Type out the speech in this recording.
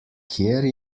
kjer